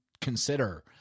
consider